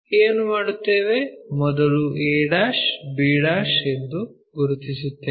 ಏನು ಮಾಡುತ್ತೇವೆ ಮೊದಲು a b ಎಂದು ಗುರುತಿಸುತ್ತೇವೆ